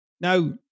Now